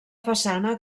façana